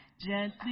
gently